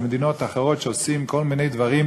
חמש החברות הקבועות של מועצת הביטחון